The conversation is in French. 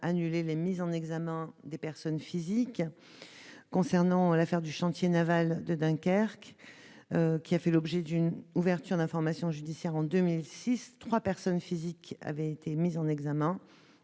annulé les mises en examen des personnes physiques. Concernant l'affaire du chantier naval Normed de Dunkerque, qui a fait l'objet d'une ouverture d'information judiciaire en 2006, trois personnes physiques avaient été mises en examen.